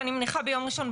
אני מניחה ביום ראשון,